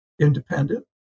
independent